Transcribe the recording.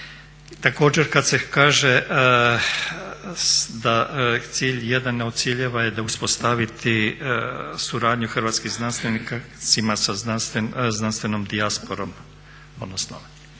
Također kad se kaže da cilj, jedan od ciljeva je da uspostavimo suradnju hrvatskih znanstvenika sa znanstvenom dijasporom. Mi možemo to, ako to ovako